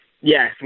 Yes